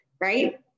right